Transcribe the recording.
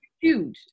huge